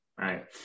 Right